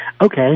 Okay